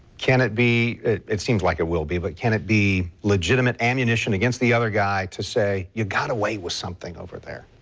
can it be it it seems like it will be, but can it be legitimate ammunition against the other guy to say you got away with something over there?